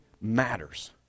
matters